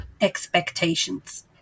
expectations